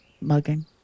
mugging